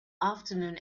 afternoon